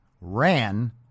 ran